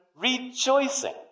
rejoicing